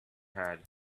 had